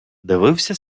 дивився